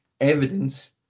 evidence